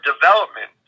development